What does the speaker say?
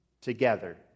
together